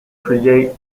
create